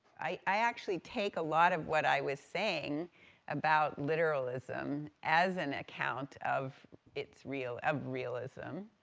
i actually take a lot of what i was saying about literalism as an account of its real, of realism,